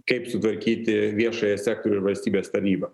kaip sutvarkyti viešąją sektorių ir valstybės tarnybą